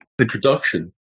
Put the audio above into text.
introduction